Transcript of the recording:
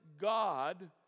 God